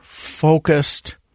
focused